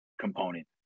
component